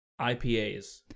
IPAs